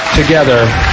together